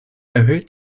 erhöht